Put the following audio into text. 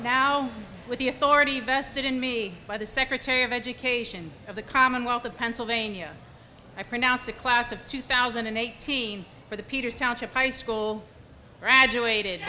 now with the authority vested in me by the secretary of education of the commonwealth of pennsylvania i pronounce the class of two thousand and eighty for the peters township high school graduated